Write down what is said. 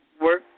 work